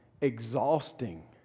exhausting